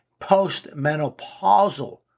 postmenopausal